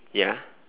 ya